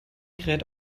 kräht